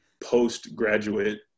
postgraduate